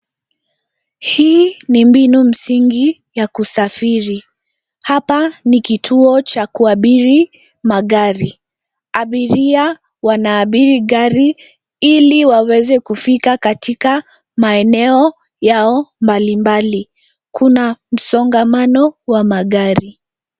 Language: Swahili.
Hii ni mbinu msingi ya kusafiri. Hapa ni kituo cha kuabiri magari. Abiria wanaabiri gari ili waweze kufika katika maeneo yao mbalimbali. Kuna msongamano wa magari.